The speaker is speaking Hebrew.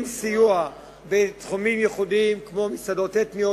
עם סיוע בתחומים ייחודיים כמו מסעדות אתניות,